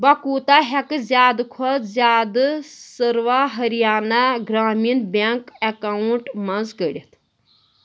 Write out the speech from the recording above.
بہٕ کوٗتہ ہیٚکہٕ زِیٛادٕ کھۄتہٕ زِیٛادٕ سروا ۂریانہ گرٛامیٖن بیٚنٛک اکاونٹ منٛز کٔڑِتھ